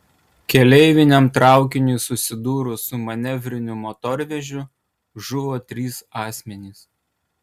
keleiviniam traukiniui susidūrus su manevriniu motorvežiu žuvo trys asmenys